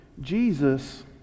Jesus